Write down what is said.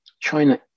China